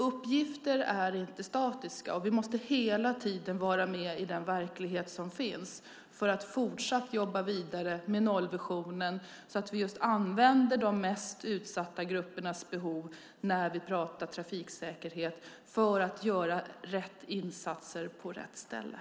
Uppgifter är inte statiska, och vi måste därför hela tiden vara med i den verklighet som finns för att kunna jobba vidare med nollvisionen. Vi måste uppmärksamma de mest utsatta gruppernas behov när vi talar om trafiksäkerhet för att kunna göra rätt insatser på rätt ställen.